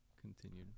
continued